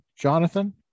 Jonathan